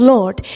Lord